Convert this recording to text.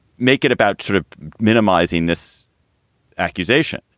make it about sort of minimizing this accusation.